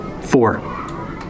four